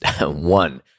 one